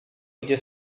idzie